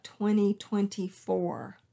2024